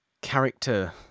character